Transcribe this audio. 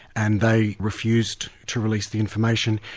and they refused to release the information.